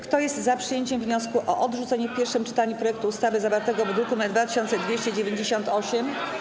Kto jest za przyjęciem wniosku o odrzucenie w pierwszym czytaniu projektu ustawy zawartego w druku nr 2298?